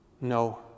No